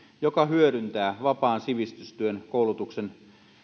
joka hyödyntää vapaan sivistystyön koulutuksen